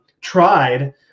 tried